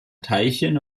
teilchen